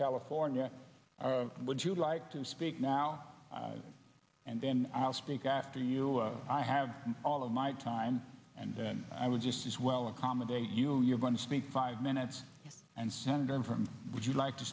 california would you like to speak now and then i'll speak to you i have all of my time and then i would just as well accommodate you you're going to speak five minutes and send them from would you like to